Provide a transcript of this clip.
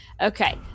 Okay